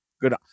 Good